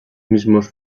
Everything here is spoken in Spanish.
mismos